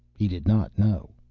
he did not know.